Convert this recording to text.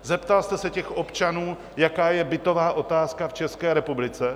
Zeptal jste se občanů, jaká je bytová otázka v České republice?